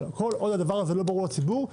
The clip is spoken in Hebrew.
אבל כל עוד הדבר הזה לא ברור לציבור,